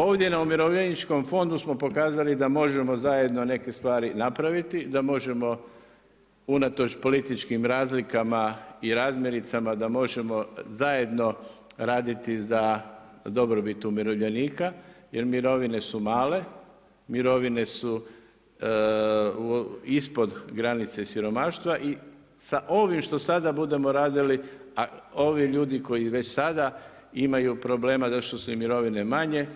Ovdje na Umirovljeničkom fondu smo pokazali da možemo zajedno neke stvari napraviti, da možemo unatoč političkim razlikama i razmiricama da možemo zajedno raditi za dobrobit umirovljenika jer mirovine su male, mirovine su ispod granice siromaštva i sa ovim što sada budemo radili, a ovi ljudi koji već sada imaju problema zato što su im mirovine manje,